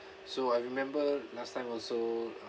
so I remember last time also